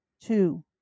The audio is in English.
two